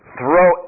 throw